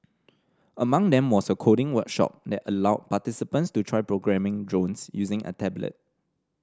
among them was a coding workshop that allowed participants to try programming drones using a tablet